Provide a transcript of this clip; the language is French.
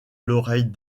l’oreille